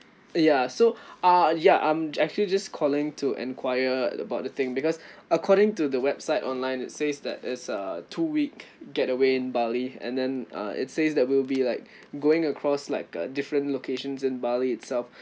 ya so uh ya I'm actually just calling to enquire about the thing because according to the website online it says that it's a two week getaway in bali and then uh it says that we'll be like going across like uh different locations in bali itself